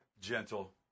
gentle